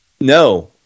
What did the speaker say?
No